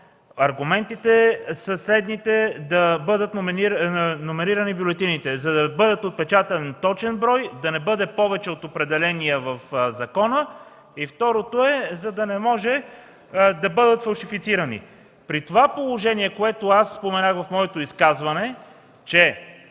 аргументите да бъдат номерирани бюлетините са следните: за да бъде отпечатан точен брой, да не бъде повече от определения в закона; второто е – за да не може да бъдат фалшифицирани. При това положение, което споменах в моето изказване, че